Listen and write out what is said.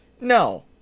no